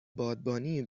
بادبانی